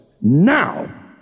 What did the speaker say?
now